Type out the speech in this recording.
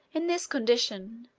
in this condition,